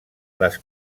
les